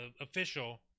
official